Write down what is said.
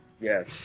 Yes